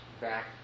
back